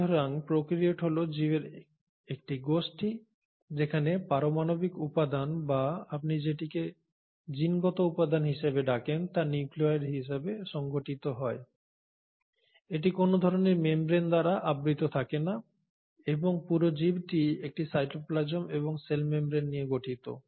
সুতরাং প্রোক্যারিওট হল জীবের একটি গোষ্ঠী যেখানে পারমাণবিক উপাদান বা আপনি যেটিকে জিনগত উপাদান হিসাবে ডাকেন তা নিউক্লিয়য়েড হিসাবে সংগঠিত হয় এটি কোন ধরণের মেমব্রেন দ্বারা আবৃত থাকে না এবং পুরো জীবটি একটি সাইটোপ্লাজম এবং সেল মেমব্রেন নিয়ে গঠিত